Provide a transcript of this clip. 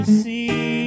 see